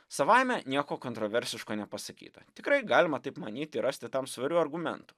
savaime nieko kontroversiško nepasakyta tikrai galima taip manyti rasti tam svarių argumentų